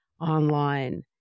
online